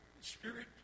spirit